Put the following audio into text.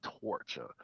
torture